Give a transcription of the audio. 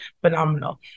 phenomenal